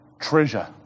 treasure